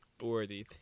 worthy